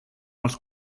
els